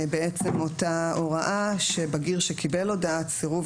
בעצם אותה הוראה שבגיר שקיבל הודעת סירוב,